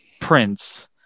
Prince